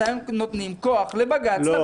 אתם נותנים כוח לבג"ץ לקבוע.